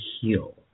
heal